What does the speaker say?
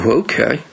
okay